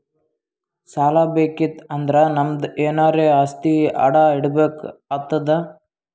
ಸಾಲಾ ಬೇಕಿತ್ತು ಅಂದುರ್ ನಮ್ದು ಎನಾರೇ ಆಸ್ತಿ ಅಡಾ ಇಡ್ಬೇಕ್ ಆತ್ತುದ್